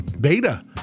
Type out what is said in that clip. Beta